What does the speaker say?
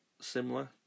similar